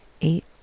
Eight